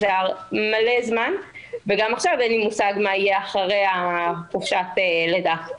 גם עכשיו אין לי מושג מה יהיה אחרי חופשת הלידה.